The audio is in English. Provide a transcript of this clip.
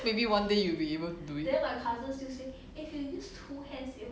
maybe one day you will be able to do it